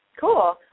Cool